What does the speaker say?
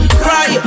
cry